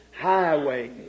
highway